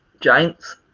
Giants